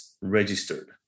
registered